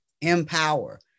empower